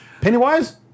Pennywise